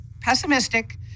pessimistic